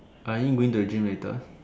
are you going to the gym later